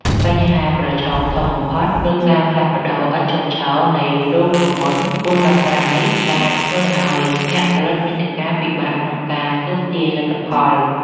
បញ្ហាប្រឈមធំបំផុតគឺការផ្លាស់ប្តូរឥតឈប់ឈរនៃរូបមន្តក្បួនដោះស្រាយ ដែលធ្វើឱ្យអ្នកផលិតមាតិកាពិបាកក្នុងការទស្សន៍ទាយលទ្ធផល។